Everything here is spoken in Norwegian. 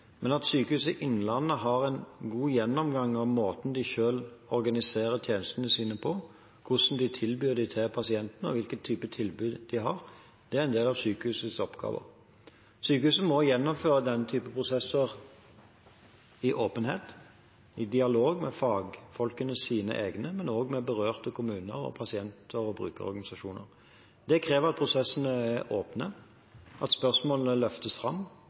men at Sykehuset Innlandet har en god gjennomgang av måten de selv organiserer tjenestene sine på – hvordan de tilbyr dem til pasientene og hvilken type tilbud de har – det er en del av sykehusets oppgaver. Sykehuset må gjennomføre den typen prosesser i åpenhet, i dialog med sine egne fagfolk, men også med berørte kommuner og med pasient- og brukerorganisasjoner. Det krever at prosessene er åpne, at spørsmålene løftes fram.